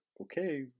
Okay